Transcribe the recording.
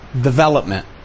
development